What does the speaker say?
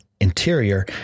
Interior